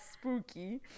spooky